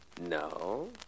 No